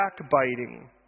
backbiting